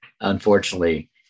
unfortunately